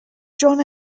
john